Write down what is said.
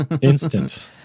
instant